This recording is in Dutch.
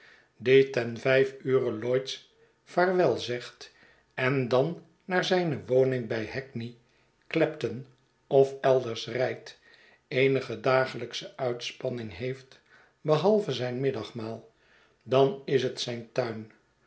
die ten vijf ure lloyds vaarwelzegt en dan naar zijne woning bij hackney clapton of elders rijdt eenige dagelijksche uitspanning heeft behalve zijn micldagmaal dan is het zijn tuin